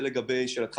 לגבי שאלתך